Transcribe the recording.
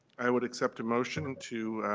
i would accept a motion to